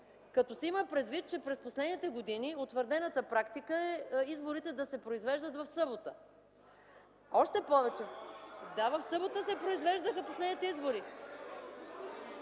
като се има предвид, че през последните години утвърдената практика е изборите да се произвеждат в събота. (Шум и реплики от ГЕРБ.) Да, в събота се произвеждаха последните избори,